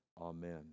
Amen